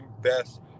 best